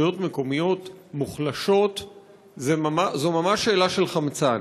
רשויות מקומיות מוחלשות זו ממש שאלה של חמצן.